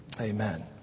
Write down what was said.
Amen